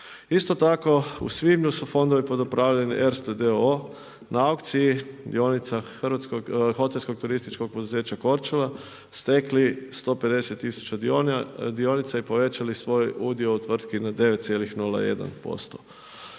Isto tako u svibnju su fondovi pod upravni ERSTE d.o.o. na aukciji dionici Hrvatskog hotelskog turističkog poduzeća Korčula, stekli 150000 dionica i povećali svoj udio u tvrtki na 9,01%